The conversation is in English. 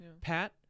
Pat